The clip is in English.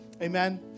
Amen